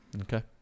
Okay